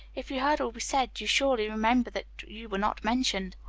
if you heard all we said, you surely remember that you were not mentioned?